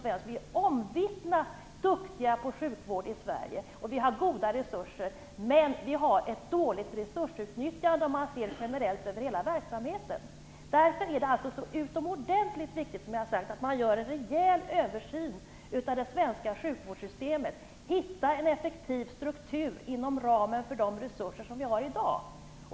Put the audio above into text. Vi är omvittnat duktiga på sjukvård i Sverige, och vi har goda resurser, men vi har ett dåligt resursutnyttjande om man ser generellt över hela verksamheten. Därför är det så utomordentligt viktigt att man gör en rejäl översyn av det svenska sjukvårdssystemet för att hitta en effektiv struktur inom ramen för de resurser som vi har i dag.